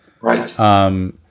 Right